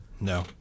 No